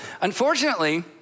Unfortunately